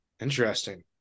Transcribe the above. Interesting